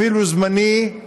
אפילו זמני,